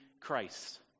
Christ